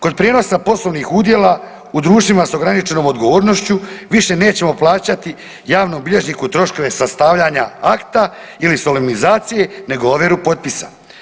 Kod prijenosa poslovnih udjela u društvima s ograničenom odgovornošću više nećemo plaćati javnom bilježniku troškove sastavljanja akta ili solemnizacije nego ovjeru potpisa.